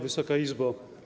Wysoka Izbo!